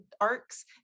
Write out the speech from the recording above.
arcs